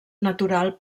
natural